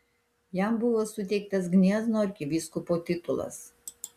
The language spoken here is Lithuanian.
jam buvo suteiktas gniezno arkivyskupo titulas